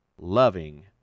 loving